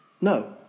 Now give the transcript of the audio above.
No